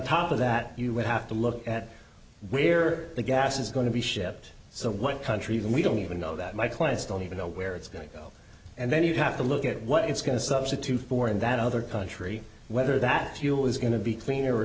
top of that you would have to look at where the gas is going to be shipped so one country even we don't even know that my clients don't even know where it's going to go and then you have to look at what it's going to substitute for in that other country whether that fuel is going to be cleaner or